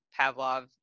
Pavlov